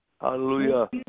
Hallelujah